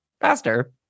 faster